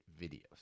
videos